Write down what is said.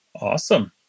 Awesome